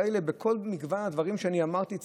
צורך בהתמדה בתוכניות ובמגוון הדברים שאמרתי,